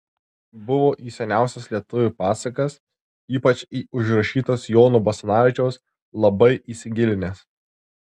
buvo į seniausias lietuvių pasakas ypač į užrašytas jono basanavičiaus labai įsigilinęs